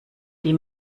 die